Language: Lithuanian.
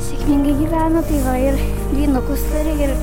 sėkmingai gyvena tai va ir dvynukus turi ir